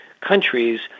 countries